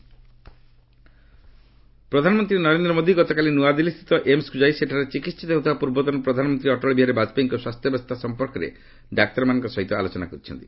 ବାଜପେୟୀ ମୋଦି ପ୍ରଧାନମନ୍ତ୍ରୀ ନରେନ୍ଦ୍ର ମୋଦି ଗତକାଲି ନୂଆଦିଲ୍ଲୀସ୍ଥିତ ଏମ୍ସକୁ ଯାଇ ସେଠାରେ ଚିକିିିିତ ହେଉଥିବା ପୂର୍ବତନ ପ୍ରଧାନମନ୍ତ୍ରୀ ଅଟଳ ବିହାରୀ ବାଜପେୟୀଙ୍କ ସ୍ୱାସ୍ଥ୍ୟାବସ୍ଥା ସଂପର୍କରେ ଡାକ୍ତରମାନଙ୍କ ସହିତ ଆଲୋଚନା କରିଛନ୍ତି